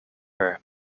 her